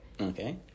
Okay